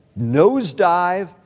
nosedive